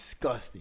Disgusting